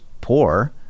poor